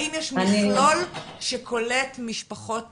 האם יש מכלול שקולט משפחות